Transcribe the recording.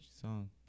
song